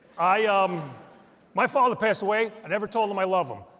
i, um my father passed away. i never told him i loved him.